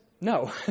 no